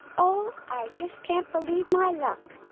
ohh, i just can't believe my luck!